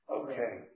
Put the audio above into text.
okay